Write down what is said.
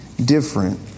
different